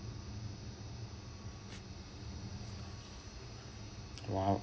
!wow!